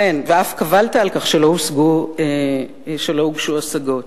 ואף קבלת על כך שלא הוגשו השגות.